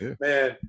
Man